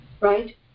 Right